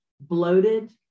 bloated